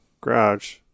garage